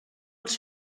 els